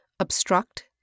obstruct